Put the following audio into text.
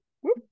whoop